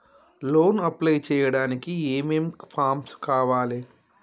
Loan apply చేయడానికి ఏం ఏం ఫామ్స్ కావాలే?